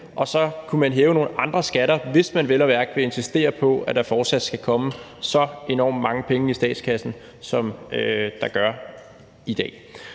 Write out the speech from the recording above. man så kunne hæve nogle andre skatter, hvis man vel at mærke vil insistere på, at der fortsat skal komme så enormt mange penge i statskassen, som der gør i dag.